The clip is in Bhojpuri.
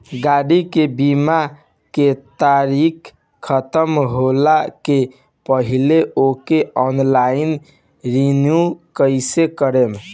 गाड़ी के बीमा के तारीक ख़तम होला के पहिले ओके ऑनलाइन रिन्यू कईसे करेम?